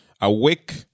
Awake